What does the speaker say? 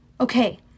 Okay